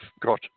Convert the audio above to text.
got